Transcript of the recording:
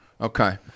Okay